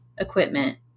equipment